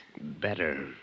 Better